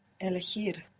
Elegir